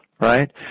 right